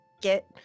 get